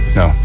no